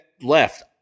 left